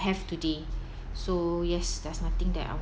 have today so yes there's nothing that I want